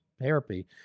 therapy